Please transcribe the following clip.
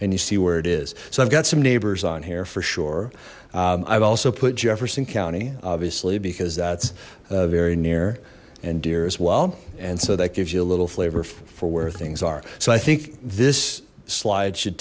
and you see where it is so i've got some neighbors on here for sure i've also put jefferson county obviously because that's very near and dear as well and so that gives you a little flavor for where things are so i think this slide should